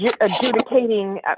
adjudicating